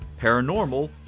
paranormal